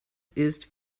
ist